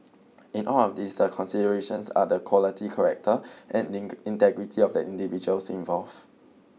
in all of these the considerations are the quality character and in integrity of the individuals involved